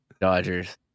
Dodgers